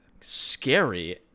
scary